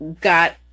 got